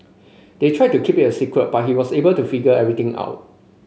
they tried to keep it a secret but he was able to figure everything out